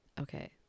okay